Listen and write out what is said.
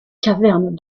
caverne